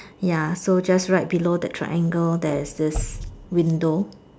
ya so just right below the triangle there's this window